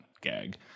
gag